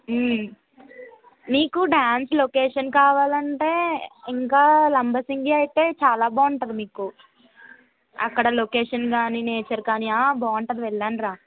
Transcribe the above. నీకు dance location కావాలంటే ఇంకా లంబసింగి అయితే చాలా బాగుంటుంది మీకు అక్కడ లొకేషన్ కాని నేచర్ కాని ఆ బాగుంటుంది వెళ్ళండ్రా